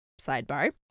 Sidebar